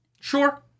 Sure